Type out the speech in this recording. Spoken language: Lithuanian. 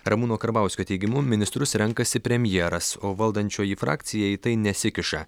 ramūno karbauskio teigimu ministrus renkasi premjeras o valdančioji frakcija į tai nesikiša